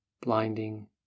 blinding